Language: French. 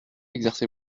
exercez